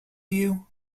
you